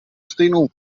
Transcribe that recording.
stejnou